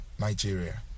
Nigeria